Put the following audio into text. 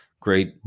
great